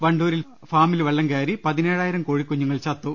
വണ്ടൂരിൽ ഫാമിൽ വെളളം കയറി പതിനേഴായിരം കോഴികുഞ്ഞു ങ്ങൾ ചത്തു